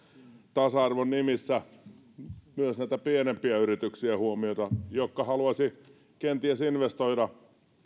tasa arvon nimissä huomioida myös näitä pienempiä yrityksiä jotka haluaisivat kenties investoida